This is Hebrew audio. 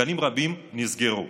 גנים רבים נסגרו.